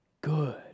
good